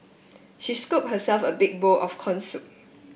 she scoop herself a big bowl of corn soup